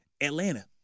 Atlanta